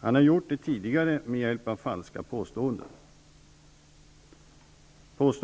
Han har gjort det tidigare med hjälp av falska påståenden. ''att